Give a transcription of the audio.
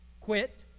Quit